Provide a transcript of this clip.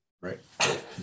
right